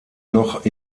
noch